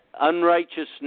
unrighteousness